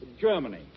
Germany